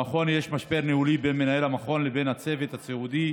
במכון יש משבר ניהולי בין מנהל המכון לבין הצוות הסיעודי.